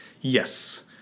Yes